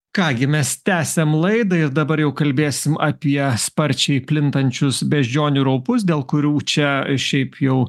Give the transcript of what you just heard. ką gi mes tęsiam laidą ir dabar jau kalbėsime apie sparčiai plintančius beždžionių raupus dėl kurių čia šiaip jau